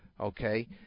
Okay